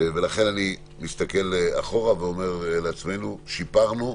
ולכן אני מסתכל אחורה ואומר לעצמנו: שיפרנו,